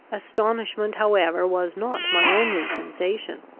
astonishment however was not my only sensation.